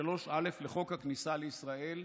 3א לחוק הכניסה לישראל,